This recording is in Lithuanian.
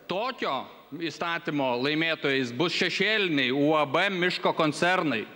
tokio įstatymo laimėtojais bus šešėliniai uab miško koncernai